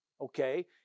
okay